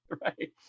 Right